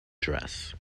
dress